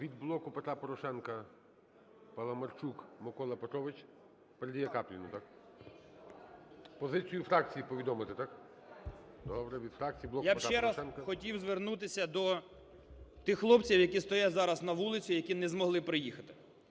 Від "Блоку Петра Порошенка" Паламарчук Микола Петрович передаєКапліну. Позицію фракції повідомити, так? Добре, від фракції "Блоку Петра Порошенка". 12:49:22 КАПЛІН С.М. Я ще раз хотів звернутися до тих хлопців, які стоять зараз на вулиці, які не змогли приїхати.